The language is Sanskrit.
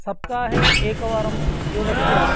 सप्ताहे एकवारं योगस्य